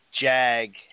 JAG